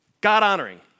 God-honoring